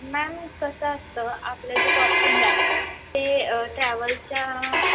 ma'am कसं असतं आपलं जे कॉस्टिंग आहे ते ट्रॅव्हलच्या